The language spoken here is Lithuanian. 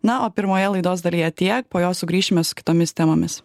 na o pirmoje laidos dalyje tiek po jos sugrįšime su kitomis temomis